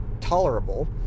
tolerable